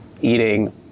eating